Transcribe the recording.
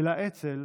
ולאצ"ל,